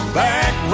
back